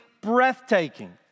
breathtaking